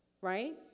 right